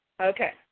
Okay